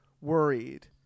worried